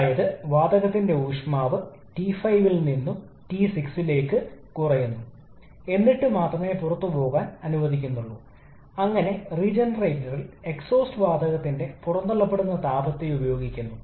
അതിനാൽ നമുക്ക് 1 മുതൽ 2 വരെ പ്രക്രിയ അല്ലെങ്കിൽ ആദ്യം 1 മുതൽ 2 സെ വരെ നോക്കാം അതിനാൽ 1 ടു 2 സെ ഒരു ഐസെൻട്രോപിക് പ്രക്രിയയെ പ്രതിനിധീകരിക്കുന്നു